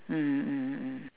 mm mm mm